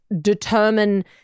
determine